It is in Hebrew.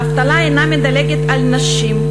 האבטלה אינה מדלגת על נשים,